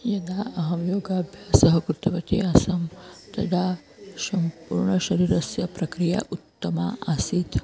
यदा अहं योगाभ्यासं कृतवती आसं तदा सम्पूर्णशरीरस्य प्रक्रिया उत्तमा आसीत्